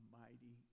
mighty